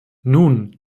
nun